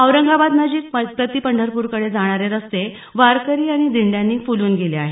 औरंगबादनजिक प्रतिपंढरपूरकडे जाणारे रस्ते वारकरी आणि दिंड्यांनी फुलून गेले आहेत